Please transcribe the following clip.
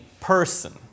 person